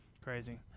Crazy